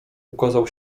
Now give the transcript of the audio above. ukazał